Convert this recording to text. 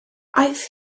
aeth